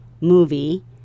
movie